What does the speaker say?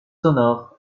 sonores